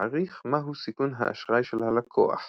מעריך מהו סיכון האשראי של הלקוח